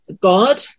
God